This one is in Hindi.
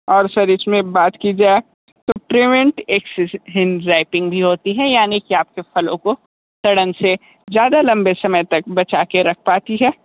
और सर इसमें बात की जाए तो ट्रिवेन्ट एक्सेस हिन राइटिंग भी होती है यानि कि आपके फलों को सड़न से ज़्यादा लंबे समय तक बचा के रख पाती है